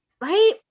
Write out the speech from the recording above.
Right